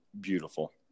Beautiful